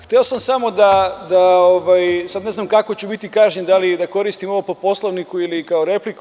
Hteo sam samo da, ali sad ne znam kako ću biti kažnjen, da li da koristim ovo Poslovniku ili kao repliku…